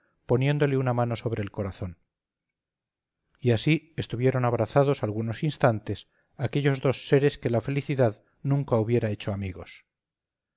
poniéndole una mano sobre el corazón y así estuvieron abrazados algunos instantes aquellos dos seres que la felicidad nunca hubiera hecho amigos